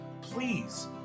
Please